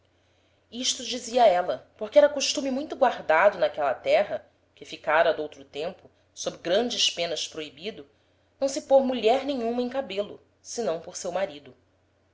isto dizia éla porque era costume muito guardado n'aquela terra que ficara d'outro tempo sob grandes penas proíbido não se pôr mulher nenhuma em cabelo senão por seu marido